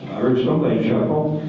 heard somebody chuckle.